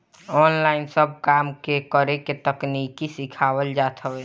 online सब काम के करे के तकनीकी सिखावल जात हवे